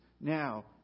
now